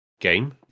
game